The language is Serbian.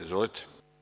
Izvolite.